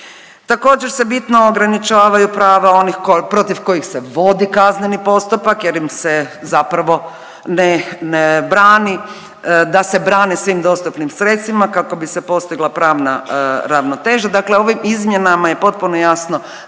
također se bitno ograničavaju prava onih protiv kojih se vodi kazneni postupak jer im se zapravo ne, ne brani da se brane svim dostupnim sredstvima kako bi se postigla pravna ravnoteža, dakle ovim izmjenama je potpuno jasno